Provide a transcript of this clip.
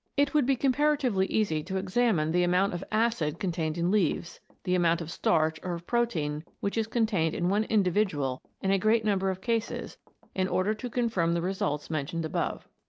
it would be com paratively easy to examine the amount of acid contained in leaves, the amount of starch or of protein which is contained in one individual in a great number of cases in order to confirm the results mentioned above.